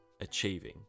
achieving